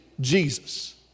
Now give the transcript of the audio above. Jesus